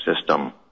system